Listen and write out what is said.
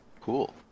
Cool